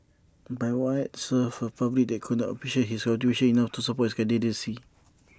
but why serve A public that could not appreciate his contributions enough to support his candidacy